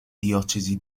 diocesi